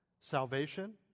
salvation